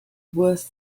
worth